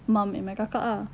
mum and my kakak ah